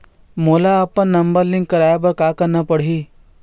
मोला अपन number link करवाये बर का करना पड़ही?